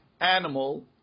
animal